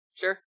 Sure